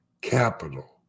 capital